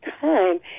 time